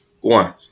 one